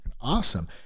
awesome